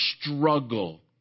struggle